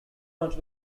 not